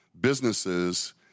businesses